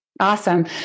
Awesome